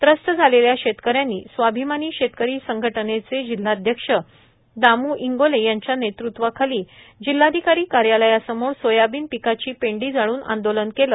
त्रस्त झालेल्या शेतकऱ्यांनी स्वाभिमानी शेतकरी संघटनेचे जिल्हाध्यक्ष दामू इंगोले यांच्या नेतृत्वाखाली जिल्हाधिकारी कार्यालया समोर सोयाबीन पिकाची पेंडी जाळून आंदोलन केल